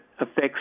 affects